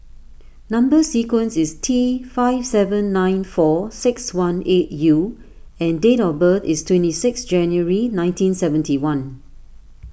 Number Sequence is T five seven nine four six one eight U and date of birth is twenty six January nineteen seventy one